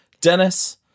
Dennis